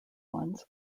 ones